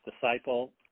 disciple